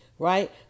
right